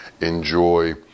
enjoy